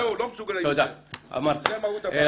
זאת מהות הבעיה.